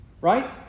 Right